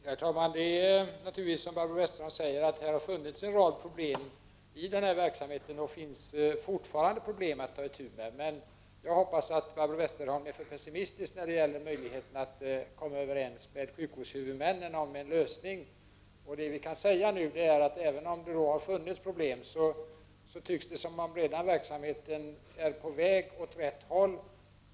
Herr talman! Det är naturligtvis som Barbro Westerholm säger: att det har funnits en rad problem i verksamheten. Det finns fortfarande problem att ta itu med. Jag hoppas att Barbro Westerholm är alltför pessimistisk när hon talar om möjligheterna att komma överens med sjukvårdshuvudmännen om en lösning. Vad vi nu kan se är, att även om det har funnits problem, tycks det redan som om verksamheten är på väg åt rätt håll.